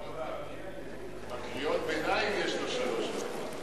רק קריאות ביניים יש לו שלוש דקות.